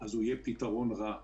הוא יהיה פתרון רע,